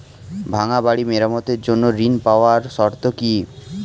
ভাঙ্গা বাড়ি মেরামতের জন্য ঋণ পাওয়ার শর্ত কি?